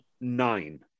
nine